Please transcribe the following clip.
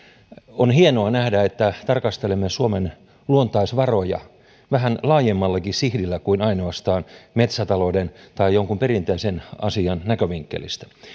on hienoa nähdä että tarkastelemme suomen luontaisvaroja vähän laajemmallakin sihdillä kuin ainoastaan metsätalouden tai jonkun perinteisen asian näkövinkkelistä